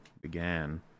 began